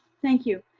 thank you.